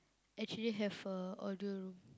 actually have a audio room